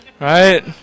Right